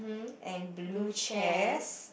and blue chairs